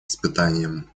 испытанием